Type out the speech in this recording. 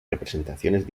representaciones